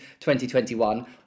2021